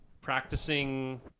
practicing